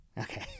Okay